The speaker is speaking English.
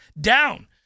down